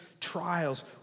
trials